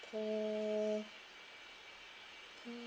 ke~ ke~